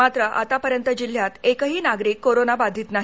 मात्र आतापर्यंत जिल्ह्यात एकही नागरिक कोरोना बाधित नाही